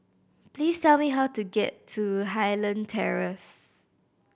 please tell me how to get to Highland Terrace